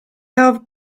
have